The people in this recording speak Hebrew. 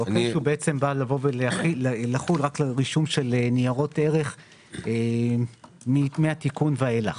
זה בא לבוא ולחול רק על רישום של ניירות ערך מהתיקון ואילך,